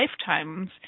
lifetimes